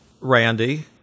Randy